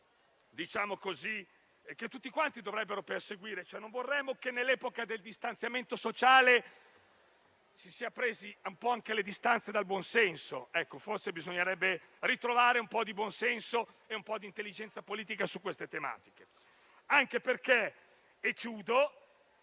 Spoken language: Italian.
la logica che tutti quanti dovrebbero perseguire. Non vorremmo che, nell'epoca del distanziamento sociale, si fossero prese le distanze anche dal buonsenso. Forse bisognerebbe ritrovare un po' di buon senso e un po' di intelligenza politica su queste tematiche, anche perché tutto